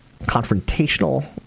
confrontational